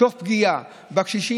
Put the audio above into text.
תוך פגיעה בקשישים,